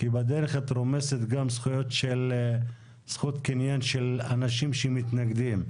כי בדרך את רומסת גם זכות קניין של אנשים שמתנגדים.